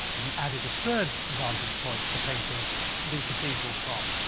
he added a third vantage point for painting the cathedral from.